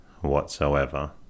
whatsoever